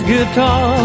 Guitar